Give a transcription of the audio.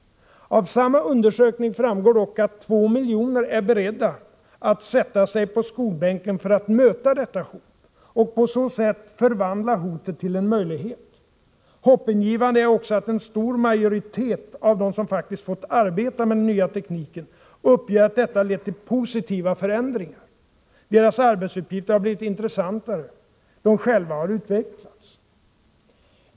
Av samma undersökning framgår dock att 2 miljoner är beredda att sätta sig på skolbänken för att möta detta hot och på så sätt förvandla hotet till en möjlighet. Hoppingivande är också att en stor majoritet av dem som faktiskt fått arbeta med den nya tekniken uppger att detta lett till positiva förändringar; deras arbetsuppgifter har blivit intressantare, de själva har utvecklats.